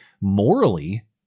morally